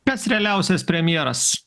pats realiausias premjeras